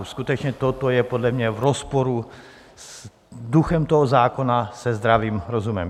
Skutečně toto je podle mě v rozporu s duchem toho zákona, se zdravým rozumem.